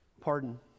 pardon